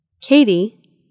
Katie